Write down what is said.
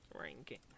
ranking